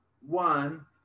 one